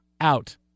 Out